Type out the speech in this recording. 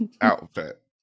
outfit